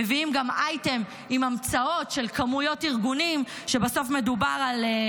מביאים גם אייטם עם המצאות של כמויות ארגונים כשבסוף מדובר על,